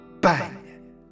BANG